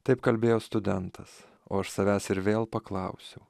taip kalbėjo studentas o aš savęs ir vėl paklausiau